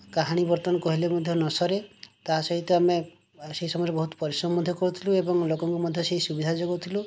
କାହାଣୀ ବର୍ତ୍ତମାନ କହିଲେ ମଧ୍ୟ ନ ସରେ ତା ସହିତ ଆମେ ଏ ସେହି ସମୟରେ ବହୁତ ପରିଶ୍ରମ ମଧ୍ୟ କରୁଥିଲୁ ଏବଂ ଲୋକଙ୍କୁ ମଧ୍ୟ ସେଇ ସୁବିଧା ଯୋଗଉଥିଲୁ